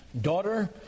Daughter